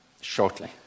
shortly